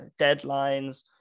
deadlines